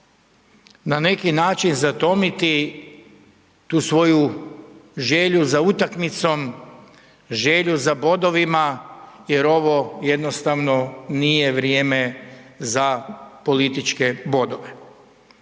na neki način zatomiti tu svoju želju za utakmicom, želju za bodovima jer ovo jednostavno nije vrijeme za političke bodove.